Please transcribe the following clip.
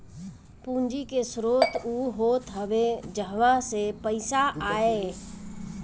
पूंजी के स्रोत उ होत हवे जहवा से पईसा आए